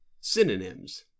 Synonyms